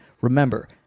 Remember